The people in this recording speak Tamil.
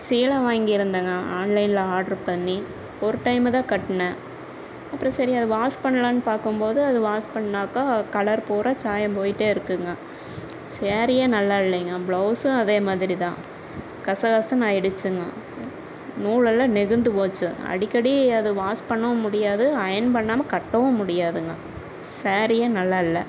சேலை வாங்கியிருந்தேங்க ஆன்லைன்ல ஆட்ரு பண்ணி ஒரு டைமு தான் கட்டினேன் அப்புறம் சேரி அதை வாஷ் பண்ண்லானு பார்க்கம்போது அது வாஷ் பண்ணாக்கா கலர் பூராக சாயம் போயிகிட்டே இருக்குதுங்க ஸேரீயே நல்லா இல்லைங்க பிளவுஸும் அதே மாதிரி தான் கச கசன்னு ஆயிடுச்சிங்கள் நூலெல்லாம் நெகிழ்ந்து போச்சு அடிக்கடி அது வாஷ் பண்ணவும் முடியாது அயன் பண்ணாமல் கட்டவும் முடியாதுங்க ஸேரீயே நல்லாயில்ல